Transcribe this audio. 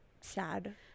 Sad